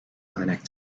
clinic